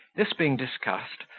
this being discussed,